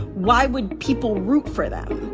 why would people root for them?